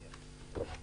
בבקשה.